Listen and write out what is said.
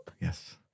Yes